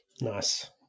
Nice